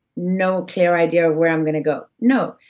no clear idea of where i'm gonna go? no,